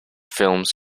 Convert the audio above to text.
films